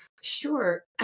Sure